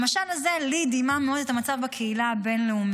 המשל הזה דימה מאוד לי את המצב בקהילה הבין-לאומית.